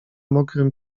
mokrym